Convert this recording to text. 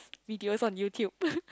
video's on YouTube